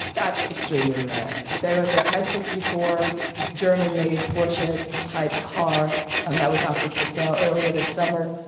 that's extremely rare. there is a type sixty four german made porsche type car and that was offered for sale earlier this summer.